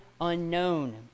unknown